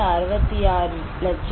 66 பேர் லட்சம்